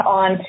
on